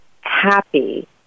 happy